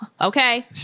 okay